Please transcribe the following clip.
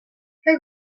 her